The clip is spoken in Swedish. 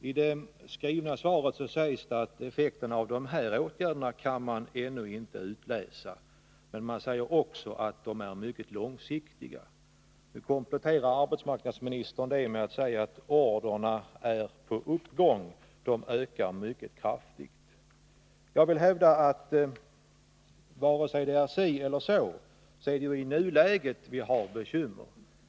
I det skrivna svaret sägs att effekterna av de här åtgärderna ännu inte kan utläsas, och man säger också att de är mycket långsiktiga. Nu kompletterar arbetsmarknadsministern med att säga att industrins order är på uppgång, att de ökar mycket kraftigt. Jag vill hävda att vare sig det är si eller så är det i nuläget vi har bekymmer.